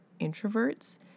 introverts